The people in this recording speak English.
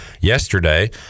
yesterday